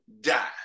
die